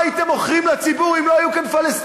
מה הייתם מוכרים לציבור אם לא היו כאן פלסטינים?